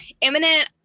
imminent